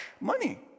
money